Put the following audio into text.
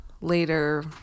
later